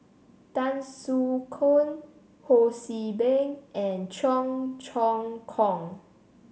Tan Soo Khoon Ho See Beng and Cheong Choong Kong